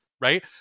right